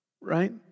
right